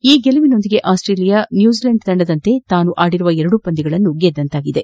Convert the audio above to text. ಈ ಗೆಲುವಿನೊಂದಿಗೆ Australia New Zealand ತಂಡದಂತೆ ತಾನಾಡಿರುವ ಎರಡು ಪಂದ್ಯಗಳನ್ನು ಜಯಗಳಿಸಿದಂತಾಗಿದೆ